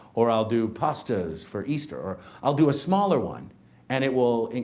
or i'll do pastas for easter, or i'll do a smaller one and it will,